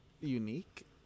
unique